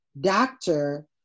doctor